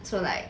so like